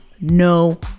no